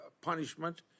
punishment